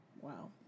Wow